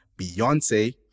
Beyonce